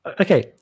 Okay